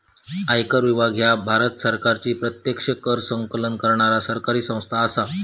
आयकर विभाग ह्या भारत सरकारची प्रत्यक्ष कर संकलन करणारा सरकारी संस्था असा